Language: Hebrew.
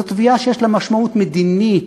זאת תביעה שיש לה משמעות מדינית.